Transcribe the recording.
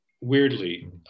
weirdly